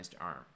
arm